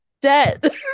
debt